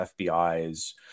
FBI's